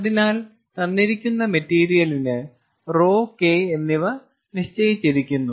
അതിനാൽ തന്നിരിക്കുന്ന മെറ്റീരിയലിന് ρ K എന്നിവ നിശ്ചയിച്ചിരിക്കുന്നു